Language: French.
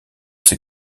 ses